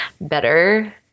better